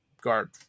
guard